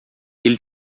ele